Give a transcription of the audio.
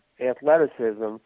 athleticism